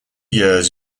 years